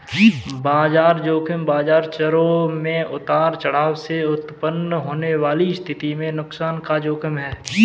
बाजार ज़ोखिम बाजार चरों में उतार चढ़ाव से उत्पन्न होने वाली स्थिति में नुकसान का जोखिम है